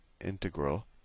integral